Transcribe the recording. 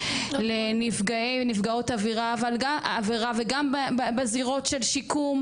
לנפגעי ונפגעות עבירה וגם בזירות של שיקום